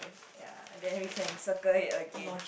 ya and then we can circle it again